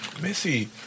Missy